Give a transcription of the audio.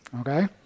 okay